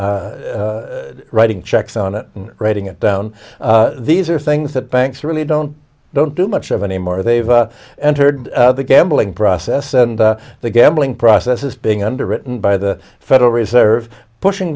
g writing checks on it and writing it down these are things that banks really don't don't do much of anymore they've entered the gambling process and the gambling process is being underwritten by the federal reserve pushing